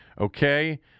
okay